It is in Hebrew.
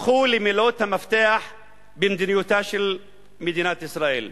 הפכו למילות המפתח במדיניותה של מדינת ישראל.